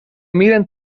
miran